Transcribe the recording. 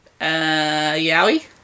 Yowie